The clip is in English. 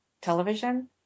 television